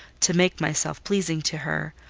to make myself pleasing to her,